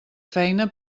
feina